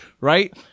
Right